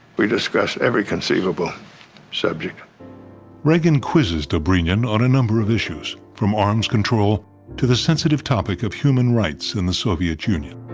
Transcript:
we discussed every conceivable subject. narrator reagan quizzes dobrynin on a number of issues, from arms control to the sensitive topic of human rights in the soviet union.